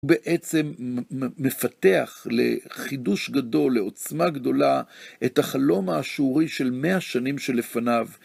הוא בעצם מפתח לחידוש גדול, לעוצמה גדולה, את החלום האשורי של מאה שנים שלפניו.